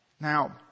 Now